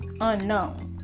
unknown